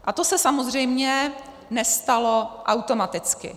A to se samozřejmě nestalo automaticky.